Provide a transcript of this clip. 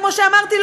כמו שאמרתי,